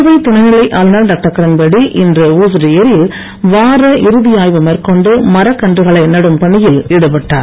புதுவை துணைநிலை ஆளுநர் டாக்டர் கிரண்பேடி இன்று ஊசுடு ஏரியில் வார இறுதி ஆய்வு மேற்கொண்டு மரக்கன்றுகளை நடும் பணியில் ஈடுபட்டார்